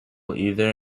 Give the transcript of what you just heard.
either